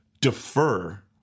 defer